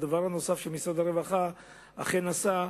הדבר הנוסף שמשרד הרווחה אכן עשה,